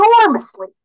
enormously